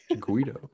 Guido